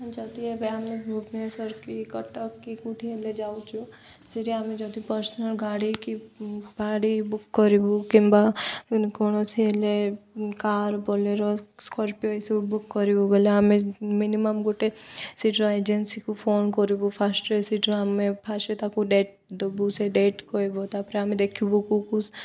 ଯଦି ଏବେ ଆମେ ଭୁବନେଶ୍ୱର କି କଟକ କେଉଁଠି ହେଲେ ଯାଉଚୁ ସେଠି ଆମେ ଯଦି ପର୍ସନାଲ୍ ଗାଡ଼ି କି ପାଡ଼ି ବୁକ୍ କରିବୁ କିମ୍ବା କୌଣସି ହେଲେ କାର୍ ବୋଲେରୋ ସ୍କର୍ପିଓ ଏସବୁ ବୁକ୍ କରିବୁ ବୋଲେ ଆମେ ମିନିମମ୍ ଗୋଟେ ସେଠିର ଏଜେନ୍ସିକୁ ଫୋନ କରିବୁ ଫାର୍ଷ୍ଟରେ ସେଠିର ଆମେ ଫାର୍ଷ୍ଟରେ ତାକୁ ଡେଟ୍ ଦେବୁ ସେ ଡେଟ୍ କହିବ ତା'ପରେ ଆମେ ଦେଖିବୁ